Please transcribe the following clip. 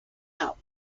out